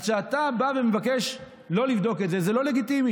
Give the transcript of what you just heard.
אז כשאתה בא ומבקש לא לבדוק את זה, זה לא לגיטימי.